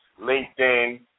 LinkedIn